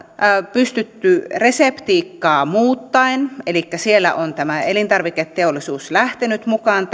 pystytty reseptiikkaa muuttamaan elikkä siellä on elintarviketeollisuus lähtenyt mukaan